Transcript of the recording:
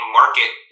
market